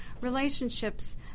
relationships